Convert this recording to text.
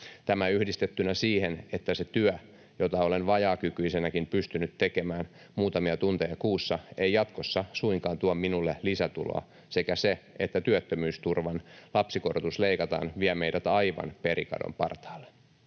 Tämä yhdistettynä siihen, että se työ, jota olen vajaakykyisenäkin pystynyt tekemään muutamia tunteja kuussa, ei jatkossa suinkaan tuo minulle lisätuloa, sekä se, että työttömyysturvan lapsikorotus leikataan, vie meidät aivan perikadon partaalle.